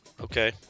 Okay